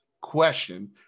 question